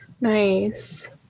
nice